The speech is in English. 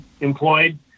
employed